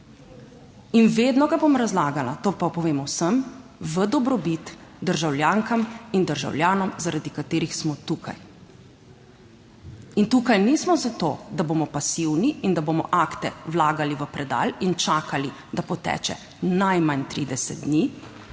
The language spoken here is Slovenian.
In vedno ga bom razlagala, to pa povem vsem, v dobrobit državljankam in državljanom, zaradi katerih smo tukaj. In tukaj nismo zato, da bomo pasivni in da bomo akte vlagali v predal in čakali, da poteče najmanj 30 dni,